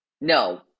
No